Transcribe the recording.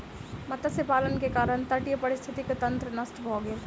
मत्स्य पालन के कारण तटीय पारिस्थितिकी तंत्र नष्ट भ गेल